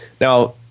Now